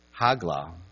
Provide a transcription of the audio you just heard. Hagla